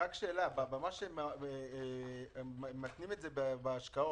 יש לי שאלה: הם מתנים את זה בהשקעות,